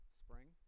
spring